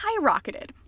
skyrocketed